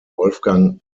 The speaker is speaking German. wolfgang